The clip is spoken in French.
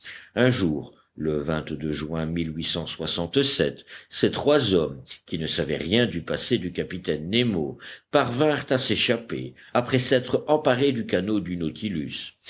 un jour le juin ces trois hommes qui ne savaient rien du passé du capitaine nemo parvinrent à s'échapper après s'être emparés du canot du nautilus